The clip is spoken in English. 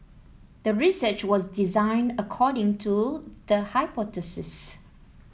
the research was designed according to the hypothesis